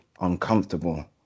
uncomfortable